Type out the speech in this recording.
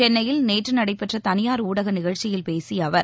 சென்னையில் நேற்று நடைபெற்ற தனியார் ஊடக நிகழ்ச்சியில் பேசிய அவர்